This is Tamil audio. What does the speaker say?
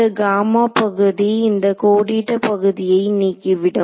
இந்த காம பகுதி இந்த கோடிட்ட பகுதியை நீக்கி விடும்